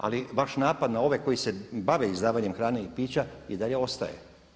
Ali vaš napad na ove koji se bave izdavanjem hrane i pića i dalje ostaje.